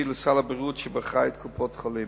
לסל הבריאות שבאחריות קופות-החולים.